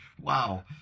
Wow